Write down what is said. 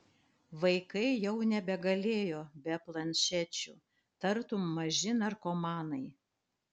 vaikai jau nebegalėjo be planšečių tartum maži narkomanai